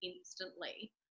instantly